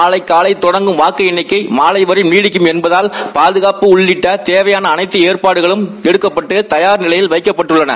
நாளை காலை தொடங்கும் வாக்கு எண்ணிக்கை மாலை வரை நீடிக்கும் என்பகால்பாதகாப்பு உள்ளிட்ட தேவையாள அளைக்து ஏற்பாடுகளும் எடுக்கப்பட்டு தயார் நிலையில் வைக்கப்பட்டுள்ளன